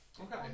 Okay